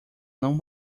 não